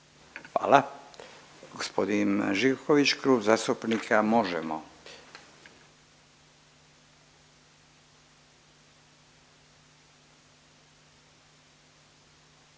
Hvala. Gospodin Živković, Klub zastupnika Možemo!.